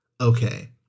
okay